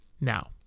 now